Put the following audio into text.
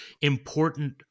important